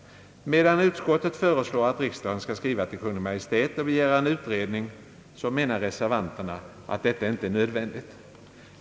Medan utskottet föreslår att riksdagen skall skriva till Kungl. Maj:t och begära en utredning, menar reservanterna att detta inte är nödvändigt.